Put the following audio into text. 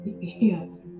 Yes